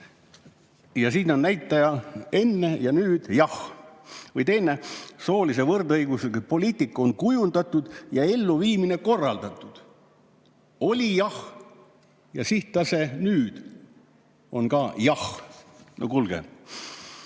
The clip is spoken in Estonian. Aga siin on näitaja enne ja nüüd "jah". Või teine: soolise võrdõiguslikkuse poliitika on kujundatud ja elluviimine korraldatud – oli "jah" ja sihttase nüüd on ka "jah". No kuulge!